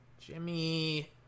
Jimmy